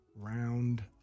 round